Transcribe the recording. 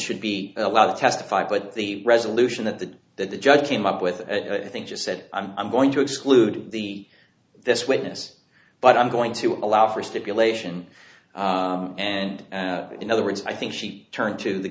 should be allowed to testify but the resolution that the that the judge came up with i think she said i'm going to exclude the this witness but i'm going to allow for a stipulation and in other words i think she turned to the